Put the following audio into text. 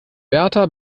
berta